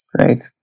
Great